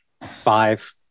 five